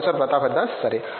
professor Pratap Haridas సరే